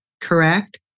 correct